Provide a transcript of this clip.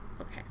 okay